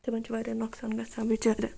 تِمَن چھِ واریاہ ںۄقصان گژھان بِچارٮ۪ن